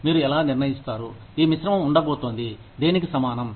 మీరు ఎలా నిర్ణయిస్తారు ఈ మిశ్రమం ఉండబోతోంది దేనికి సమానం